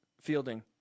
fielding